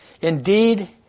Indeed